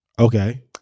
Okay